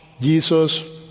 Jesus